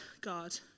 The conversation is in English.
God